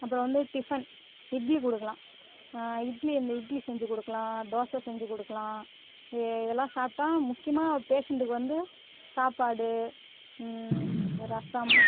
அப்புறம் வந்து டிஃபன் இட்லி கொடுக்கலாம் இட்லி அந்த இட்லி செஞ்சு கொடுக்கலாம் தோசை செஞ்சு கொடுக்கலாம் இதெல்லாம் சாப்பிட்டா முக்கியமாக பேஷன்ட்டுக்கு வந்து சாப்பாடு ரசம்